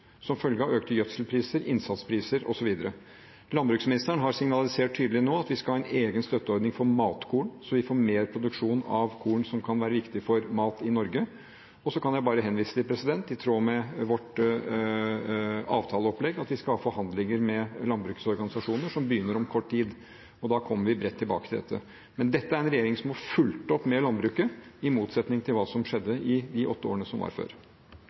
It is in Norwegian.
som følge av økte gjødselpriser, innsatspriser osv. Landbruksministeren har signalisert tydelig nå at vi skal ha en egen støtteordning for matkorn så vi får mer produksjon av korn som kan være viktig for mat i Norge. Så kan jeg bare henvise til at vi, i tråd med vårt avtaleopplegg, om kort tid skal ha forhandlinger med landbruksorganisasjoner, og da kommer vi bredt tilbake til dette. Dette er en regjering som har fulgt opp med landbruket, i motsetning til hva som skjedde de åtte foregående årene.